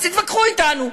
אז תתווכחו אתנו.